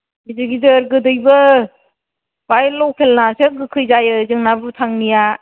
गिदिर गिदिर गोदैबो बाहाय लकेलनासो गोखै जायो जोंना भुटाननिया